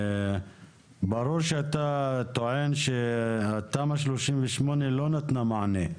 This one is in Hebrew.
ברור שאתה טוען שתמ"א 38 לא נתנה מענה.